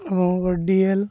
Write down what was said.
ଏବଂ D L